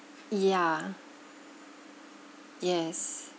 ya yes